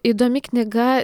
įdomi knyga